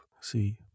see